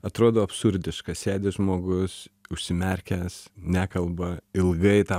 atrodo absurdiška sėdi žmogus užsimerkęs nekalba ilgai tą